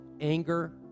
Anger